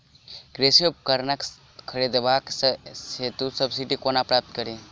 कृषि उपकरण खरीदबाक हेतु सब्सिडी कोना प्राप्त कड़ी?